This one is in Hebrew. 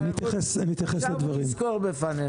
עכשיו הוא יסקור בפנינו.